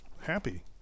happy